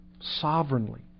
sovereignly